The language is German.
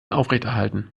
aufrechterhalten